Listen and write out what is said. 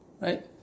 Right